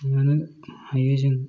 लांनो हायो जों